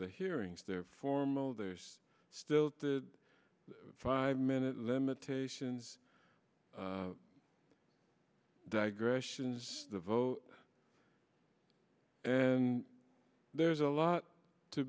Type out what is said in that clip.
the hearings there formal there's still the five minute limitations digressions the vote and there's a lot to